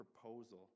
proposal